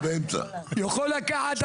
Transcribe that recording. יכול לקחת,